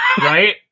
Right